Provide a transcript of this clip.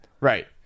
Right